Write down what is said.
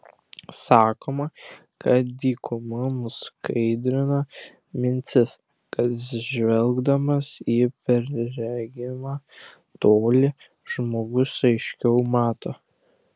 sakoma kad dykuma nuskaidrina mintis kad žvelgdamas į perregimą tolį žmogus aiškiau mato